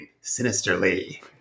sinisterly